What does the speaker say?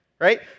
right